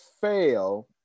fail